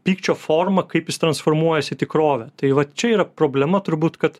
pykčio forma kaip jis transformuojasi į tikrovę tai va čia yra problema turbūt kad